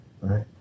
Right